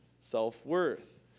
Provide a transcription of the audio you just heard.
self-worth